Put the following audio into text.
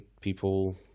people